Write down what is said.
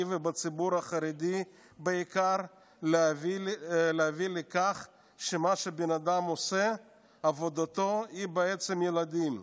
ובציבור החרדי בעיקר שעבודתו של אדם היא בעצם הבאת ילדים,